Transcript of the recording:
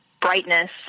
brightness